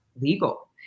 legal